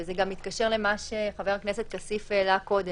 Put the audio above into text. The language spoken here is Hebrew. וזה גם מתקשר למה שחבר הכנסת כסיף העלה קודם,